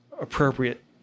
appropriate